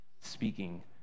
speaking